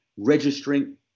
registering